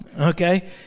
Okay